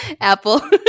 Apple